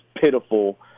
pitiful